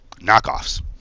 knockoffs